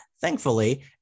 thankfully